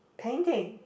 painting